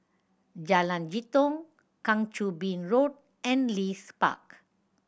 Jalan Jitong Kang Choo Bin Road and Leith Park